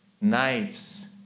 knives